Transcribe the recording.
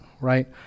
right